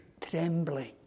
trembling